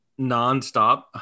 nonstop